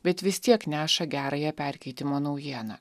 bet vis tiek neša gerąją perkeitimo naujieną